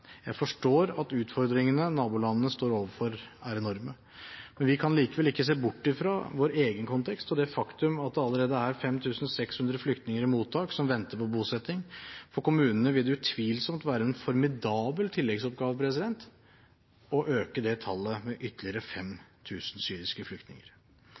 Jeg forstår at utfordringene nabolandene står overfor, er enorme. Vi kan likevel ikke se bort ifra vår egen kontekst og det faktum at det allerede er 5 600 flyktninger i mottak som venter på bosetting. For kommunen vil det utvilsomt være en formidabel tilleggsoppgave å øke dette tallet med ytterligere 5 000 syriske flyktninger.